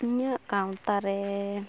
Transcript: ᱤᱧᱟᱹᱜ ᱜᱟᱶᱛᱟᱨᱮᱻ